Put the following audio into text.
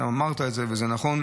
אמרת את זה, וזה נכון.